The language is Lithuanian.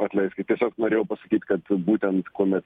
atleiskit tiesiog norėjau pasakyt kad būtent kuomet